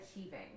achieving